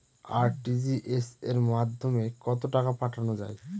RTGS এর মাধ্যমে কত টাকা পাঠানো যায়?